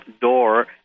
door